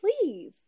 please